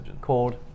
called